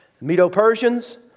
Medo-Persians